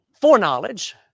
foreknowledge